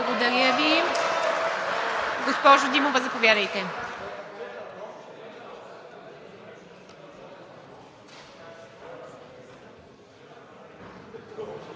Благодаря Ви. Госпожо Димова, заповядайте.